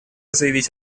заявить